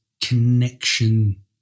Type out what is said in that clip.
connection